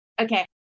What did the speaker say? Okay